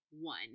One